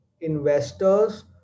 investors